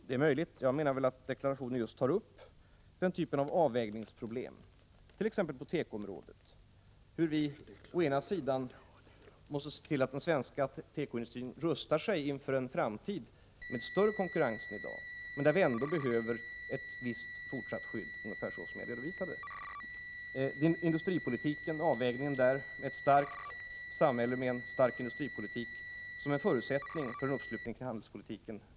Det är möjligt, men jag menar att det i deklarationen tas upp just den ifrågavarande typen av avvägningsproblem, t.ex. på tekoområdet. Vi måste se till att den svenska tekoindustrin rustar sig för en framtid med större konkurrens än dagens, samtidigt som vi har ett visst fortsatt skydd, ungefär så som jag redovisade. Jag nämnde också att ett starkt samhälle med en stark industripolitik är en förutsättning för en uppslutning kring handelspolitiken.